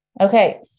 Okay